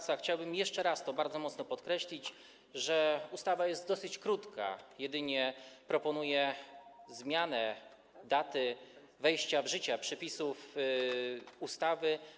Chciałbym jeszcze raz bardzo mocno podkreślić, że ustawa jest dosyć krótka, proponuje jedynie zmianę daty wejścia w życie przepisów ustawy.